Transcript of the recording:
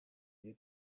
wir